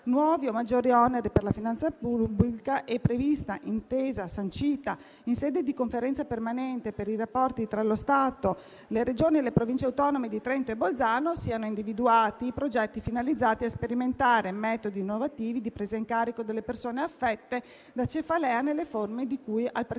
nuovi o maggiori oneri per la finanza pubblica, e previa intesa sancita in sede di Conferenza permanente per i rapporti tra lo Stato, le Regioni e le Province autonome di Trento e Bolzano, siano individuati i progetti finalizzati a sperimentare metodi innovativi di presa in carico delle persone affette da cefalea nelle forme di cui al precedente